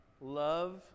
love